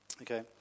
Okay